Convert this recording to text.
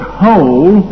whole